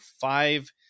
five